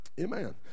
Amen